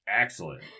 Excellent